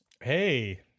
Hey